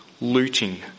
looting